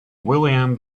william